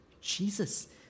Jesus